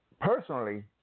personally